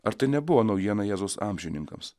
ar tai nebuvo naujiena jėzaus amžininkams